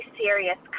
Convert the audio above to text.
serious